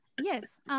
Yes